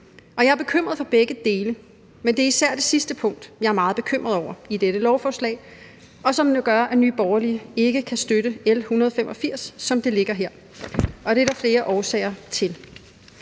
jeg er bekymret for begge dele, men det er især det sidste punkt, som jeg er meget bekymret over i dette lovforslag, og som jo gør, at Nye Borgerlige ikke kan støtte L 185, som det ligger her, og det er der flere årsager til.